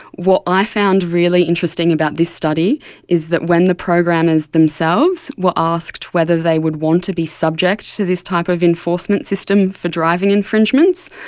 what i found really interesting about this study is that when the programmers themselves were asked whether they would want to be subject to this type of enforcement system for driving infringements,